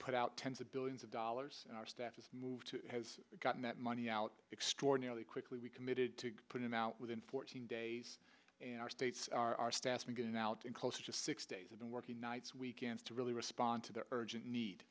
put out tens of billions of dollars that has moved to has it gotten that money out extraordinarily quickly we committed to put him out within fourteen days and our states are our staff and getting out in close to six days have been working nights weekends to really respond to the urgent need